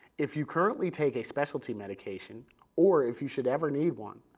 if you currently take a specialty medication or if you should ever need one,